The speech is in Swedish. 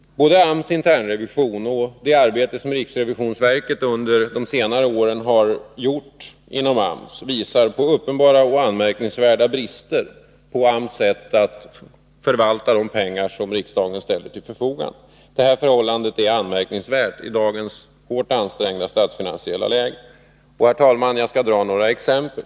Både AMS internrevision och riksräkenskapsverkets arbete inom AMS under de senare åren visar på uppenbara och anmärkningsvärda brister i AMS sätt att förvalta de pengar som riksdagen ställer till förfogande. Detta förhållande är anmärkningsvärt i dagens hårt ansträngda statsfinansiella läge. Herr talman! Jag skall ge några exempel.